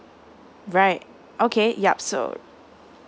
right okay yup so